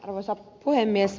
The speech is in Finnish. arvoisa puhemies